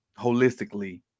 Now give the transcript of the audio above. holistically